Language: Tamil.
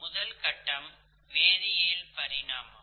முதல் கட்டம் வேதியியல் பரிணாமம்